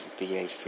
BAC